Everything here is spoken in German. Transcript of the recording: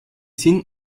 sind